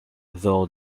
though